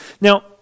Now